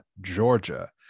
Georgia